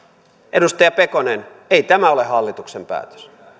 edustaja pekonen ei tämä ole hallituksen päätös